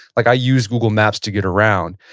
like i used google maps to get around.